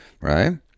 right